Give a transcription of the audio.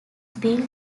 been